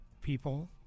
people